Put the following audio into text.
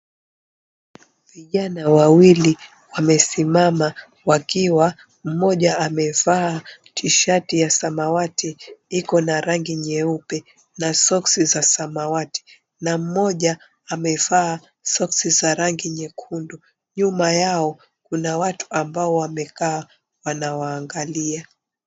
Vijana wawili wamesimama wakiwa mmoja akiwa amevaa tishati ya samawati iko na rangi nyeupe na soksi za samawati na mmoja amevaa soksi za rangi nyekundu. Nyuma yao kuna watu ambao wamekaa wanawaangalia.